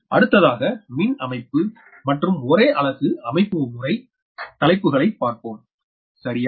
அடுத்ததாக மின் அமைப்பு மற்றும் ஒரே அலகு அமைப்புமுறை தலைப்புகளை பார்ப்போம் சரியா